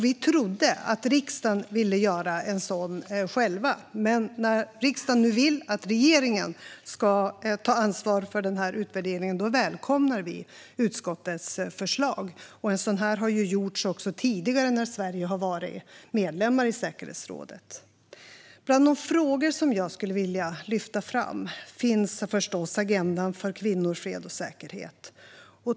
Vi trodde att riksdagen själv ville göra en sådan, men när riksdagen nu vill att regeringen ska ta ansvar för denna utvärdering välkomnar vi utskottets förslag. En sådan har gjorts också tidigare när Sverige har varit medlem av säkerhetsrådet. Bland de frågor som jag skulle vilja lyfta fram finns förstås agendan för kvinnors fred och säkerhet.